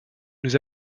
nous